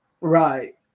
right